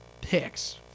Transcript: picks